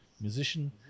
musician